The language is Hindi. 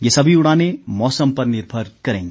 ये सभी उड़ाने मौसम पर निर्भर करेंगी